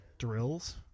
Drills